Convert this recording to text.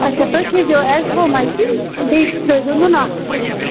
اَچھا تُہۍ کھیٚزیو اٮ۪زتھرٛومایسٕن بیٚیہِ ترٛٲۍزیو نُنہٕ